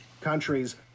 countries